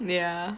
ya